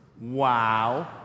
wow